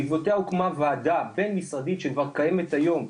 בעקבותיה הוקמה וועדה בין-משרדית שכבר קיימת היום,